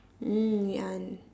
mm ngee ann